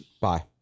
Bye